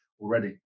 already